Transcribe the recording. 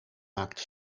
maakt